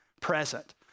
present